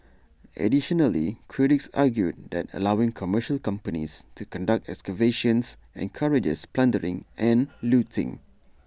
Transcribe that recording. additionally critics argued that allowing commercial companies to conduct excavations encourages plundering and looting